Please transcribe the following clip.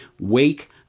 Wake